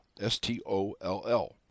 S-T-O-L-L